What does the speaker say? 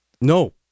no